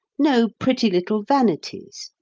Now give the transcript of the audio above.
no pretty little vanities.